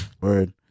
Word